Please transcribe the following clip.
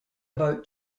about